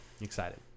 Excited